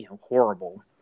horrible